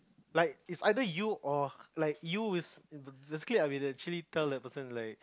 like is either you or like you is the basically we actually tell the person is like